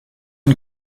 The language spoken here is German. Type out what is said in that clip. und